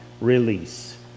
release